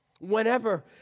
whenever